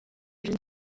jeune